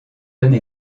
année